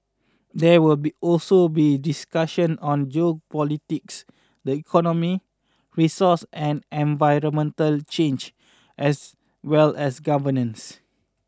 there will be also be discussions on geopolitics the economy resource and environmental challenge as well as governance